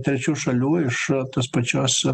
trečių šalių iš tos pačios